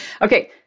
Okay